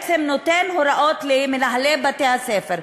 שנותן הוראות למנהלי בתי-הספר.